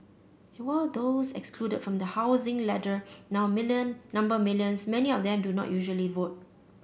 and while those excluded from the housing ladder now million number millions many of them do not usually vote